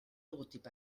logotip